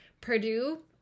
Purdue